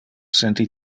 senti